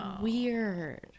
weird